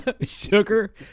Sugar